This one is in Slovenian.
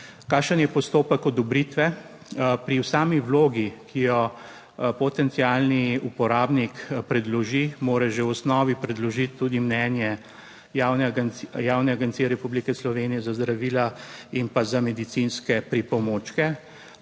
Kakšen je postopek odobritve pri sami vlogi, ki jo potencialni uporabnik predloži, mora že v osnovi predložiti tudi mnenje Javne agencije Republike Slovenije za zdravila in pa za medicinske pripomočke